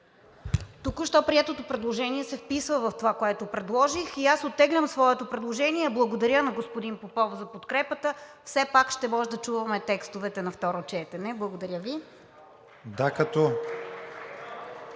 Току-що приетото предложение се вписва в това, което предложих, и аз оттеглям своето предложение. Благодаря на господин Попов за подкрепата, все пак ще можем да чуваме текстовете на второ четене. Благодаря Ви.